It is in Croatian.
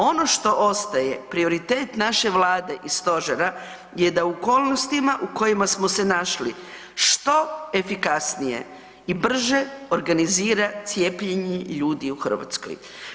Ono što ostaje prioritet naše Vlade i Stožera je da u okolnostima u kojima smo se našli što efikasnije i brže organizira cijepljenje ljudi u Hrvatskoj.